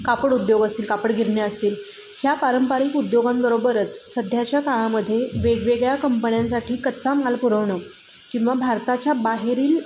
कापड उद्योग असतील कापड गिरण्या असतील या पारंपारिक उद्योगांबरोबरच सध्याच्या काळामध्ये वेगवेगळ्या कंपन्यांसाठी कच्चा माल पुरवणं किंवा भारताच्या बाहेरील